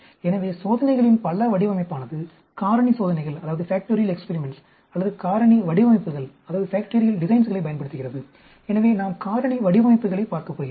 எனவே சோதனைகளின் பல வடிவமைப்பானது காரணி சோதனைகள் அல்லது காரணி வடிவமைப்புகளைப் பயன்படுத்துகிறது எனவே நாம் காரணி வடிவமைப்புகளைப் பார்க்கப் போகிறோம்